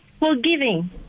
Forgiving